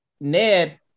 Ned